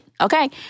Okay